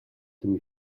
semi